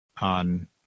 on